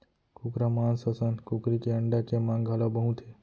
कुकरा मांस असन कुकरी के अंडा के मांग घलौ बहुत हे